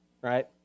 right